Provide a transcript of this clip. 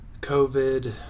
COVID